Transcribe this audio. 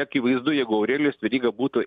akivaizdu jeigu aurelijus veryga būtų